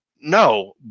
No